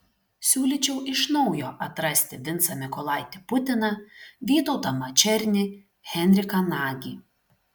siūlyčiau iš naujo atrasti vincą mykolaitį putiną vytautą mačernį henriką nagį